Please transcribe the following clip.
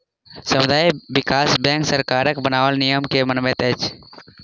सामुदायिक विकास बैंक सरकारक बनाओल नियम के मानैत छै